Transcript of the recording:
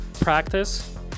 practice